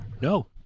No